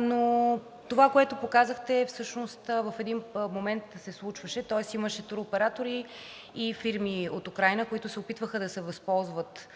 Но това, което показахте, всъщност в един момент се случваше, тоест имаше туроператори и фирми от Украйна, които се опитваха да се възползват